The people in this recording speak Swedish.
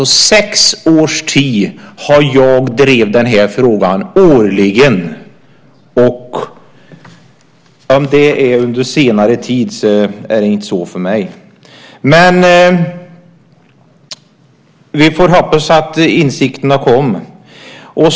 I sex års tid har jag drivit frågan - årligen. Det är inte "under senare år" för mig. Vi får hoppas att insikterna ska komma.